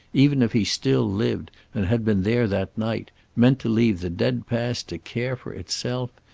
even if he still lived and had been there that night, meant to leave the dead past to care for itself,